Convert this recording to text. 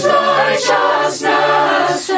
righteousness